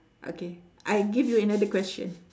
okay I give you another question